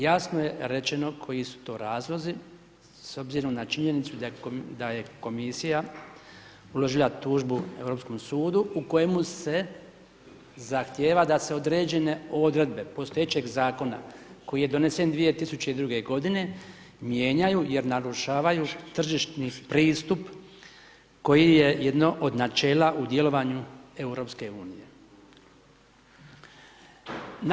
Jasno je rečeno koji su to razlozi s obzirom na činjenicu da je komisija uložila tužbu Europskom sudu u kojemu se zahtjeva da se određene odredbe postojećeg zakona koji je donesen 2002. mijenjaju jer narušavaju tržišni pristup koji je jedno od načela u djelovanju Europske unije.